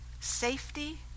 safety